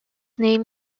name